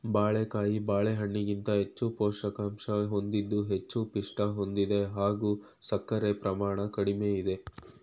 ಬಾಳೆಕಾಯಿ ಬಾಳೆಹಣ್ಣಿಗಿಂತ ಹೆಚ್ಚು ಪೋಷಕಾಂಶ ಹೊಂದಿದ್ದು ಹೆಚ್ಚು ಪಿಷ್ಟ ಹೊಂದಿದೆ ಹಾಗೂ ಸಕ್ಕರೆ ಪ್ರಮಾಣ ಕಡಿಮೆ ಇದೆ